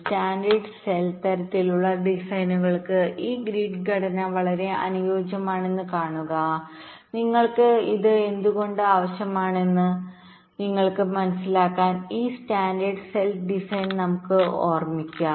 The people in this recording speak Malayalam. സ്റ്റാൻഡേർഡ് സെൽതരത്തിലുള്ള ഡിസൈനുകൾക്ക് ഈ ഗ്രിഡ് ഘടന വളരെ അനുയോജ്യമാണെന്ന് കാണുക നിങ്ങൾക്ക് ഇത് എന്തുകൊണ്ട് ആവശ്യമാണെന്ന് നിങ്ങൾക്ക് മനസിലാക്കാൻ ഈ സ്റ്റാൻഡേർഡ് സെൽ ഡിസൈൻനമുക്ക് ഓർമ്മിക്കാം